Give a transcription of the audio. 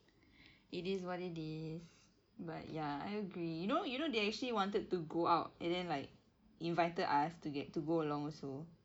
it is what it is but ya I agree you know you know they actually wanted to go out and then like invited us toge~ to go along also